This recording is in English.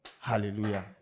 Hallelujah